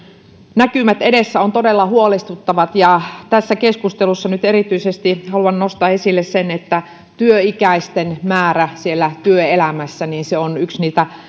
näkymät edessä ovat todella huolestuttavat tässä keskustelussa haluan nyt erityisesti nostaa esille sen että työikäisten määrä työelämässä on yksi niitä